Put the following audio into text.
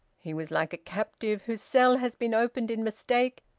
he was like a captive whose cell has been opened in mistake,